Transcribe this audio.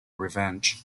revenge